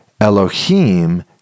Elohim